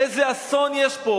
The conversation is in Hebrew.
איזה אסון יש פה.